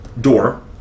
door